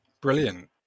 brilliant